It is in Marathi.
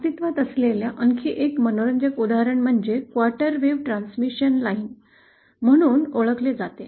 अस्तित्त्वात असलेल्या आणखी एक मनोरंजक उदाहरण म्हणजे क्वार्टर वेव्ह ट्रान्समिशन लाइन म्हणून ओळखले जाते